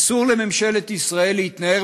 אסור לממשלת ישראל להתנער